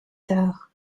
tard